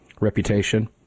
reputation